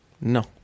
No